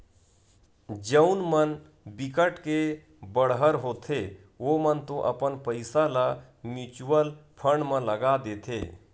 जउन मन बिकट के बड़हर होथे ओमन तो अपन पइसा ल म्युचुअल फंड म लगा देथे